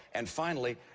and finally,